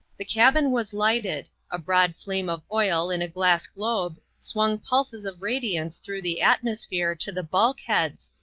the cabin was lighted a broad flame of oil in a glass globe swung pulses of radiance through the atmo sphere to the bulkheads,